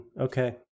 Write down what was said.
Okay